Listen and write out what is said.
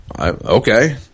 Okay